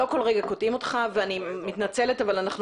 לא כל רגע קוטעים אותך אבל אני מתנצלת אבל אנחנו